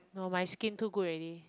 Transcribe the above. no my skin too good already